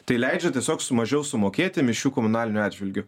tai leidžia tiesiog mažiau sumokėti mišrių komunalinių atžvilgiu